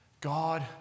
God